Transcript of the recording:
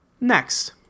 Next